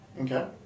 Okay